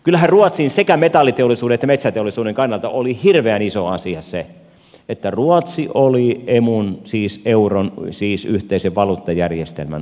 kyllähän ruotsin sekä metalliteollisuuden että metsäteollisuuden kannalta oli hirveän iso asia se että ruotsi oli emun siis euron siis yhteisen valuuttajärjestelmän ulkopuolella